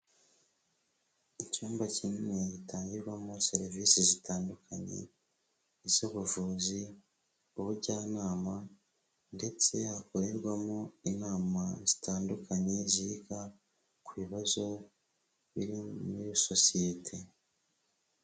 Icyumba kinini gitangirwamo serivisi zitandukanye iz'ubuvuzi, ubujyanama ndetse hakorerwamo inama zitandukanye ziga ku bibazo biri muri sosiyete.